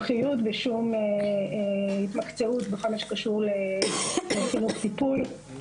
יום שמח שאנחנו חושבים שקורה כזה מהלך שהרציונל של המעבר